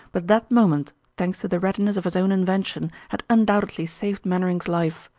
but that moment, thanks to the readiness of his own invention, had undoubtedly saved mainwaring's life.